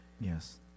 yes